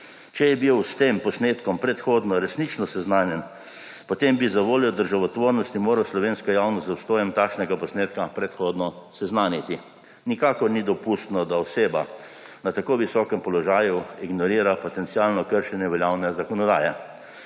Če je bil s tem posnetkom predhodno resnično seznanjen, potem bi zavoljo državotvornosti moral slovensko javnost z obstojem takšnega posnetka predhodno seznaniti. Nikakor ni dopustno, da oseba na tako visokem položaju ignorira potencialno kršenje veljavne zakonodaje.